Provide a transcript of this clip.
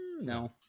No